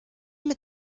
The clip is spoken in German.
mit